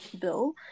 bill